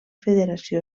federació